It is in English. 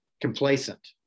complacent